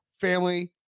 family